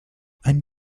ein